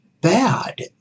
bad